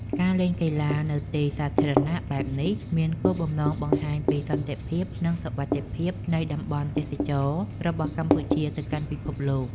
ការលេងកីឡានៅទីសាធារណៈបែបនេះមានគោលបំណង បង្ហាញពីសន្តិសុខនិងសុវត្ថិភាព នៃតំបន់ទេសចរណ៍របស់កម្ពុជាទៅកាន់ពិភពលោក។